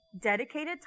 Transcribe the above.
dedicated